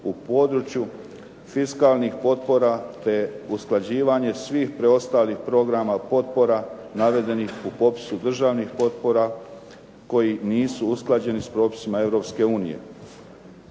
u području fiskalnih potpora te usklađivanje svih preostalih programa potpora navedenih u popisu državnih potpora koji nisu usklađeni s propisima